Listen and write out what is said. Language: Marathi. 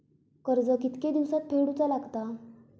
कर्ज कितके दिवसात फेडूचा लागता?